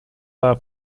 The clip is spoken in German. war